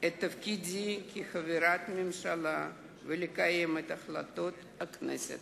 את תפקידי כחברת הממשלה ולקיים את החלטות הכנסת.